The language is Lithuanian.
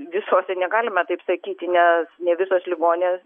visose negalima taip sakyti nes ne visos ligoninės